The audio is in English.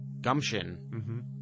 gumption